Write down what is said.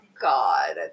God